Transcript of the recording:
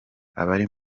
abari